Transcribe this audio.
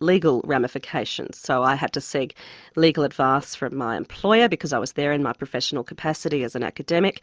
legal ramifications. so i had to seek legal advice from my employer, because i was there in my professional capacity as an academic.